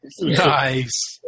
Nice